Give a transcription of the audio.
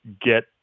get